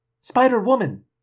Spider-Woman